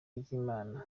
ry’imana